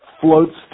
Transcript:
floats